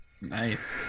nice